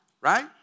right